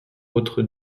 autres